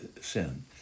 sin